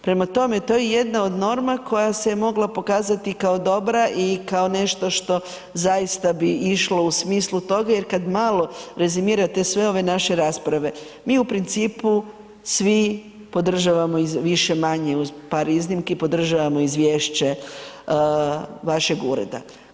Prema tome, to je jedna od norma koja se je mogla pokazati kao dobra i kao nešto što zaista bi išlo u smislu toga jer kad malo rezimirate sve ove naše rasprave, mi u principu svi podržavamo iz više-manje, uz par iznimki podržavamo izvješće vašeg ureda.